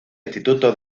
instituto